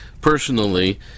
personally